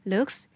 Looks